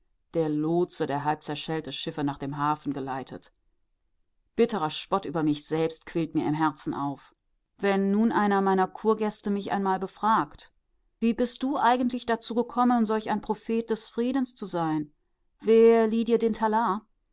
der lotse der halb zerschellte schiffe nach dem hafen geleitet bitterer spott über mich selbst quillt mir im herzen auf wenn nun einer meiner kurgäste mich einmal befragt wie bist du eigentlich dazu gekommen solch ein prophet des friedens zu sein wer lieh dir den talar